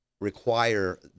require